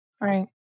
Right